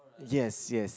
yes yes